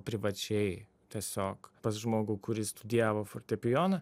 privačiai tiesiog pas žmogų kuris studijavo fortepijoną